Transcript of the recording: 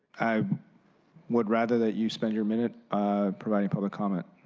i would rather that you spend your minute providing public comment.